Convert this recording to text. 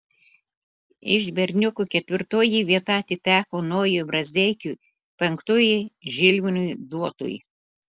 iš berniukų ketvirtoji vieta atiteko nojui brazdeikiui penktoji žilvinui duotui